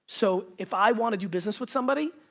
so, if i want to do business with somebody,